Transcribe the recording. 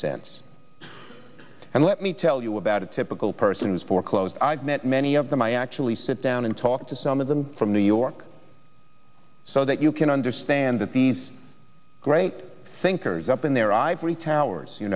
sense and let me tell you about a typical person's foreclosed i've met many of them i actually sit down and talk to some of them from new york so that you can understand that these great thinkers up in their ivory towers you